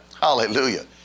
Hallelujah